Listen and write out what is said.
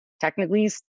technically